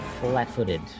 flat-footed